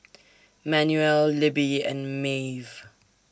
Manuel Libbie and Maeve